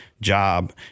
job